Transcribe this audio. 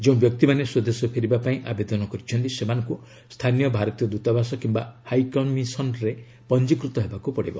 ଯେଉଁ ବ୍ୟକ୍ତିମାନେ ସ୍ୱଦେଶ ଫେରିବା ପାଇଁ ଆବେଦନ କରିଛନ୍ତି ସେମାନଙ୍କୁ ସ୍ଥାନୀୟ ଭାରତୀୟ ଦୂତାବାସ କିମ୍ବା ହାଇକମିଶନରେ ପଞ୍ଜିକୃତ ହେବାକୁ ପଡ଼ିବ